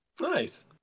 Nice